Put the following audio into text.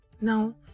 Now